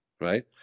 right